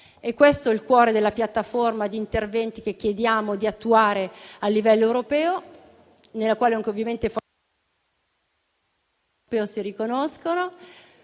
È questo il cuore della piattaforma di interventi che chiediamo di attuare a livello europeo, nella quale ovviamente... *(Il microfono